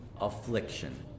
affliction